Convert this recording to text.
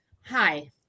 hi